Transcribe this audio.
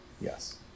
Yes